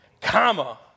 comma